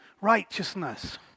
righteousness